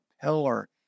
pillar